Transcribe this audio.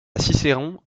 cicéron